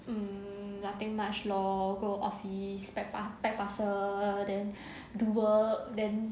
mm nothing much lor go office pack pack parcel then do work then